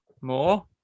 more